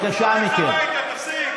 אתה מקשקש.